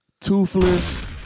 toothless